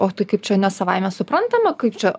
o tai kaip čia ne savaime suprantama kaip čia